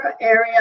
area